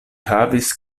havis